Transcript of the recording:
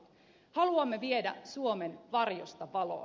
haluamme viedä suomen varjosta valoon